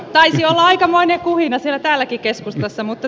taisi olla aikamoinen kuhina täälläkin keskustassa